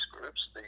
groups